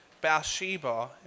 Bathsheba